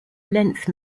length